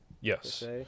Yes